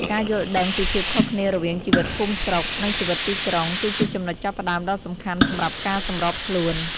ការយល់ដឹងពីភាពខុសគ្នារវាងជីវិតភូមិស្រុក និងជីវិតទីក្រុង គឺជាចំណុចចាប់ផ្តើមដ៏សំខាន់សម្រាប់ការសម្របខ្លួន។